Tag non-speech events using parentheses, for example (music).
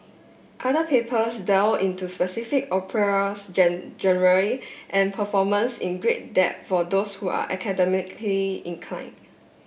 other papers dwell into specific operas (unintelligible) and performance in great depth for those who are academically incline